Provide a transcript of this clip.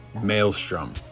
Maelstrom